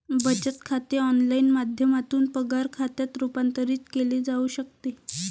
बचत खाते ऑनलाइन माध्यमातून पगार खात्यात रूपांतरित केले जाऊ शकते